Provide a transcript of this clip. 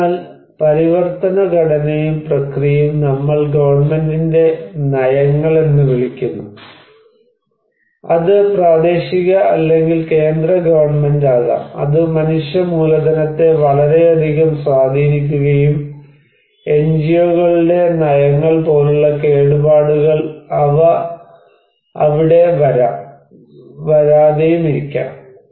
അതിനാൽ പരിവർത്തന ഘടനയും പ്രക്രിയയും നമ്മൾ ഗവൺമെന്റിന്റെ നയങ്ങൾ എന്ന് വിളിക്കുന്നു അത് പ്രാദേശിക അല്ലെങ്കിൽ കേന്ദ്ര ഗവൺമെൻറ് ആകാം അത് മനുഷ്യ മൂലധനത്തെ വളരെയധികം സ്വാധീനിക്കുകയും എൻജിഒകളുടെ നയങ്ങൾ പോലുള്ള കേടുപാടുകൾ അവ ഇവിടെ വരാം വരാതെയുമിരിക്കാം